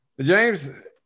James